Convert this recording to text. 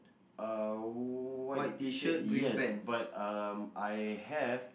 uh white T-shirt yes but um I have